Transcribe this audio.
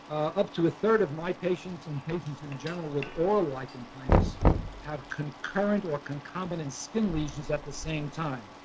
up to a third of my patients and patients in general with oral lp like complaints have concurrent or concomitant skin lesions at the same time.